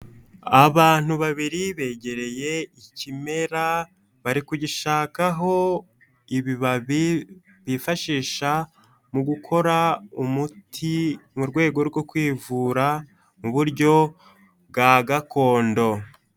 Abantu babiri begereye ikimera bari kugishakaho ibibabi bifashisha mu gukora umuti mu rwego rwo kwivura mu buryo bwa gakondo.